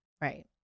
Right